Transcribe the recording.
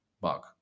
bug